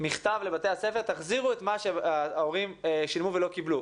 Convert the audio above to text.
מכתב לבתי הספר: תחזירו את מה שההורים שילמו ולא קיבלו.